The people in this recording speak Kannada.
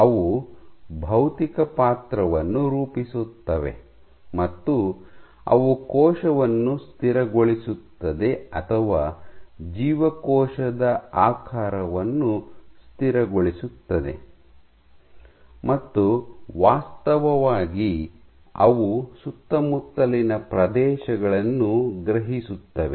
ಅವು ಭೌತಿಕ ಪಾತ್ರವನ್ನು ರೂಪಿಸುತ್ತವೆ ಮತ್ತು ಅವು ಕೋಶವನ್ನು ಸ್ಥಿರಗೊಳಿಸುತ್ತದೆ ಅಥವಾ ಜೀವಕೋಶದ ಆಕಾರವನ್ನು ಸ್ಥಿರಗೊಳಿಸುತ್ತದೆ ಮತ್ತು ವಾಸ್ತವವಾಗಿ ಅವು ಸುತ್ತಮುತ್ತಲಿನ ಪ್ರದೇಶಗಳನ್ನು ಗ್ರಹಿಸುತ್ತವೆ